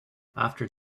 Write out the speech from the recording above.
after